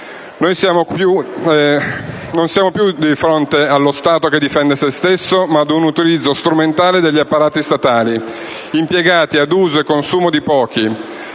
Non siamo più di fronte allo Stato che difende se stesso, ma ad un utilizzo strumentale degli apparati statali, impiegati ad uso e consumo di pochi.